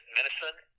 medicine